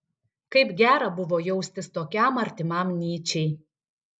kaip gera buvo jaustis tokiam artimam nyčei